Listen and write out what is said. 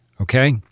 okay